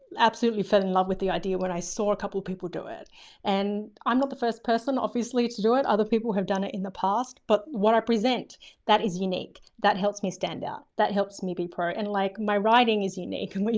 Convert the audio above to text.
absolutely fell in love with the idea when i saw a couple people do it and i'm not the first person obviously to do it. other people have done it in the past. but what i present that is unique, that helps me stand out, that helps me be pro and like my writing is unique and, you